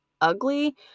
ugly